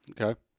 Okay